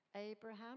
Abraham